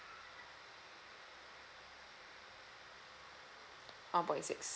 one point six